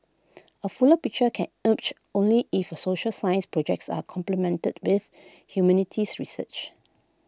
A fuller picture can urge only if social science projects are complemented with humanities research